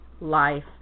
life